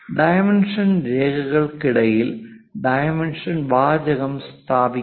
dimension രേഖകൾക്കിടയിൽ dimension വാചകം സ്ഥാപിക്കുക